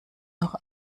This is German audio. noch